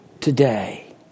today